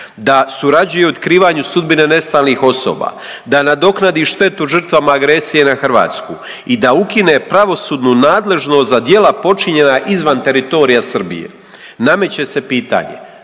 da surađuje u otkrivanju sudbine nestalih osoba, da nadoknadi štetu žrtvama agresije na Hrvatsku i da ukine pravosudnu nadležnost za djela počinjena izvan teritorija Srbije. Nameće se pitanje.